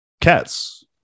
cats